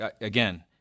again